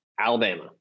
Alabama